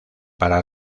para